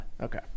Okay